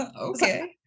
okay